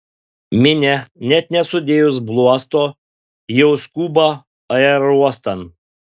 minia net nesudėjus bluosto jau skuba aerouostan